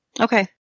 Okay